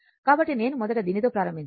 కాబట్టి నేను మొదట దీనితో ప్రారంభించాను